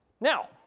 Now